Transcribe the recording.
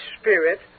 spirit